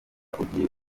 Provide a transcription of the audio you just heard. ugiye